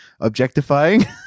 objectifying